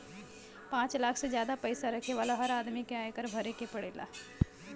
पांच लाख से जादा पईसा रखे वाला हर आदमी के आयकर भरे के पड़ेला